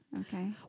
okay